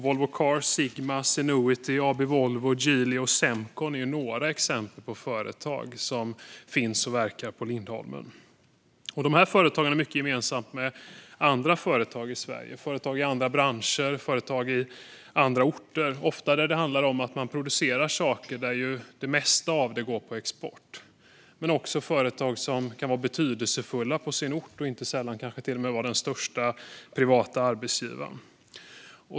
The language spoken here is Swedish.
Volvo Cars, Sigma, Zenuity, AB Volvo, Geely och Semcon är några exempel på företag som finns och verkar på Lindholmen. Dessa företag har mycket gemensamt med andra företag i Sverige, företag i andra branscher och på andra orter. Ofta går det mesta av det de producerar på export, men företagen kan också vara betydelsefulla för sin ort och inte sällan till och med vara den största privata arbetsgivaren.